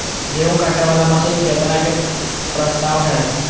गेहूँ काटे वाला मशीन केतना के प्रस्ताव हय?